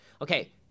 Okay